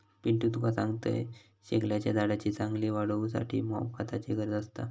पिंटू तुका सांगतंय, शेगलाच्या झाडाची चांगली वाढ होऊसाठी मॉप खताची गरज असता